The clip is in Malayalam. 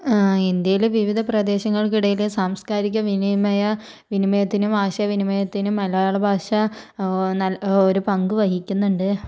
ഇന്ത്യയിലെ വിവിധ പ്രദേശങ്ങൾക്കിടയിലെ സാംസ്കാരിക വിനിമയ വിനിമയത്തിനും ആശയ വിനിമയത്തിനും മലയാള ഭാഷ നല്ല ഒരു പങ്ക് വഹിക്കുന്നുണ്ട്